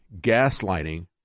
gaslighting